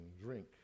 drink